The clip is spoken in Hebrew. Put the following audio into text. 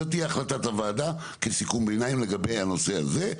זאת תהיה החלטת הוועדה כסיכום ביניים לגבי הנושא הזה,